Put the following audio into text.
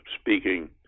speaking